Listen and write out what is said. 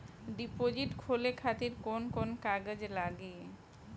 Deposit खोले खातिर कौन कौन कागज लागी?